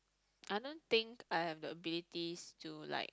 I don't think I have the betise to like